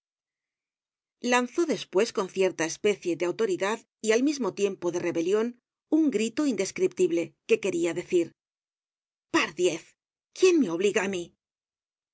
lanzó despues con cierta especie de autoridad y al mismo tiempo de rebelion un grito indescriptible que queria decir par diez quién me obliga a mí se